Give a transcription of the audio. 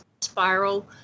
spiral